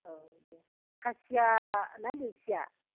औ दे खासिया ना देसिया